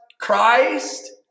Christ